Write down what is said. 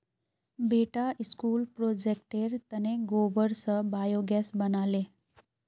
बेटा स्कूल प्रोजेक्टेर तने गोबर स बायोगैस बना ले